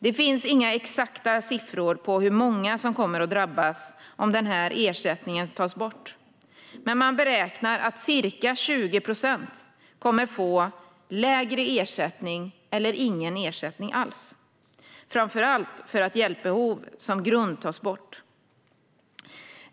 Det finns inga exakta siffror på hur många som kommer att drabbas om denna ersättning tas bort, men man räknar med att ca 20 procent kommer att få lägre ersättning eller ingen ersättning alls, framför allt för att hjälpbehov som grund tas bort.